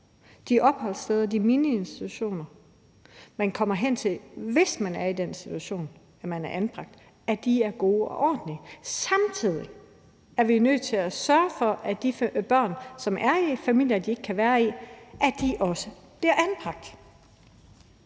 de opholdssteder, de miniinstitutioner, man kommer hen til, hvis man er i den situation, at man er anbragt, er gode og ordentlige. Samtidig er vi nødt til at sørge for, at de børn, som er i familier, de ikke kan være i, også bliver anbragt.